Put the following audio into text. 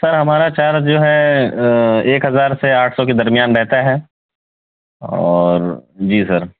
سر ہمارا چارج جو ہے ایک ہزار سے آٹھ سو کے درمیان رہتا ہے اور جی سر